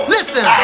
Listen